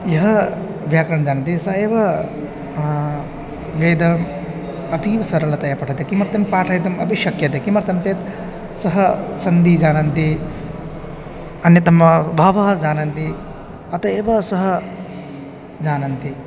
यः व्याकरणं जानाति सः एव वेदम् अतीव सरलतया पठति किमर्थं पाठयितुम् अपि शक्यते किमर्थं चेत् सः सन्धिं जानाति अन्यतमः भावं जानाति अतः एव सः जानाति